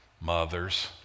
mothers